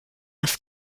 auf